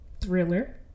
thriller